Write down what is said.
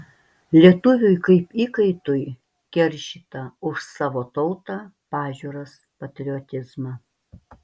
lietuviui kaip įkaitui keršyta už savo tautą pažiūras patriotizmą